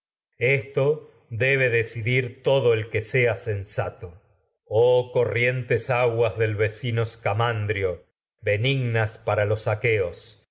esto debe decidir todo el que sea aguas no oh corrientes del vecino ya scamandrio a benignas bre vió pai a los aqueos